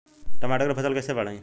टमाटर के फ़सल कैसे बढ़ाई?